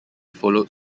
followed